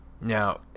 Now